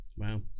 Wow